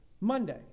Monday